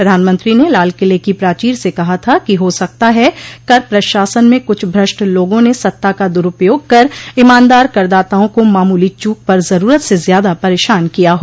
प्रधानमंत्री ने लालकिले की प्राचीर से कहा था कि हो सकता है कर प्रशासन में कुछ भष्ट लोगों ने सत्ता का दुरुपयोग कर ईमानदार करदाताओं को मामूली चूक पर जरूरत से ज्यादा परेशान किया हो